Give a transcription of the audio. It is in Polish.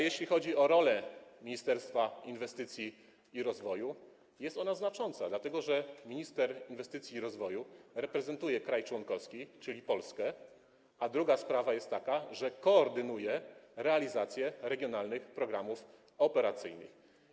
Jeśli chodzi o rolę Ministerstwa Inwestycji i Rozwoju, jest ona znacząca, dlatego że minister inwestycji i rozwoju reprezentuje kraj członkowski, czyli Polskę, a druga sprawa jest taka, że koordynuje realizację regionalnych programów operacyjnych.